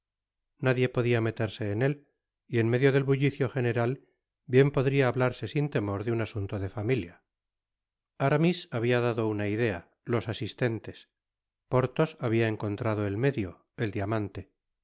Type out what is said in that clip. nadie podia meterse en él y en medio del bullicio general bien podia hablarse sin temor de un asunto de familia aramis habia dado una idea los asistentes porthos habia encontrado el medio el diamante solo á